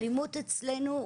האלימות אצלנו,